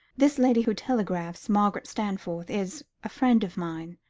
this lady who telegraphs margaret stanforth is a friend of mine,